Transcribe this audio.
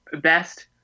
best